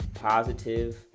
positive